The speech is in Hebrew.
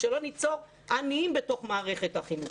שלא ניצור עניים בתוך מערכת החינוך.